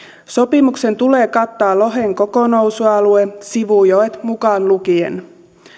sopimuksen tulee kattaa lohen koko nousualue sivujoet mukaan lukien